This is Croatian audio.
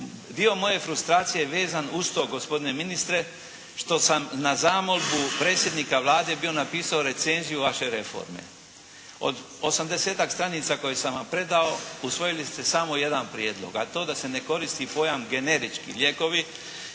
Dio moje frustracije je vezan uz to gospodine ministre, što sam na zamolbu predsjednika Vlade bio napisao recenziju vaše reforme. Od osamdesetak stranica koje sam vam predao, usvojili ste samo jedan prijedlog, a to da se ne koristi pojam "generički lijekovi"